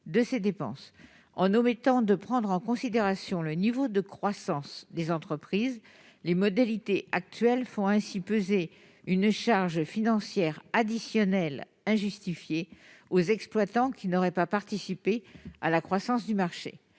En omettant de prendre en considération le niveau de croissance des entreprises, les modalités actuelles font peser une charge financière additionnelle injustifiée sur les exploitants qui n'auraient pas participé à la croissance du marché.